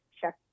check